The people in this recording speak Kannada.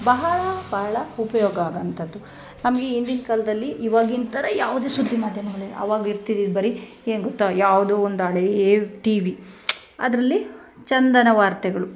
ಬಹಳ ಬಹಳ ಉಪಯೋಗ ಆಗೋ ಅಂಥದ್ದು ನಮಗೆ ಹಿಂದಿನ್ ಕಾಲದಲ್ಲಿ ಇವಾಗಿನ ಥರಾ ಯಾವುದೇ ಸುದ್ದಿ ಮಾಧ್ಯಮಗಳಿಲ್ಲ ಅವಾಗ ಇರ್ತಿದ್ದಿದ್ದು ಬರೀ ಏನು ಗೊತ್ತ ಯಾವುದೋ ಒಂದು ಹಳೇ ಟಿವಿ ಅದರಲ್ಲಿ ಚಂದನ ವಾರ್ತೆಗಳು